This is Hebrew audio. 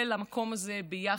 של המקום הזה ביחד,